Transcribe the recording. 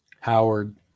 Howard